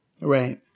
right